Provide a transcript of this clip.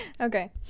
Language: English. Okay